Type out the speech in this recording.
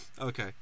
Okay